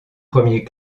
premier